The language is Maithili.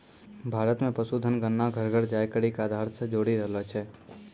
भारत मे पशुधन गणना घर घर जाय करि के आधार से जोरी रहलो छै